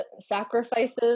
sacrifices